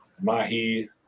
mahi